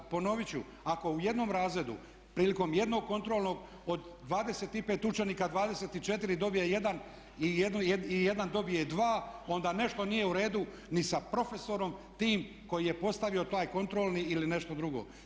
Ponovit ću, ako u jednom razredu prilikom jednog kontrolnog od 25 učenika 24 dobije 1 i jedan dobije 2 onda nešto nije u redu ni sa profesorom tim koji je postavio taj kontrolni ili nešto drugo.